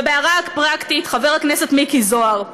ובהערה פרקטית: חבר הכנסת מיקי זוהר,